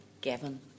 Gavin